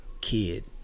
kid